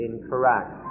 incorrect